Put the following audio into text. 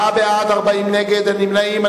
ארבעה בעד, 40 נגד, אין נמנעים.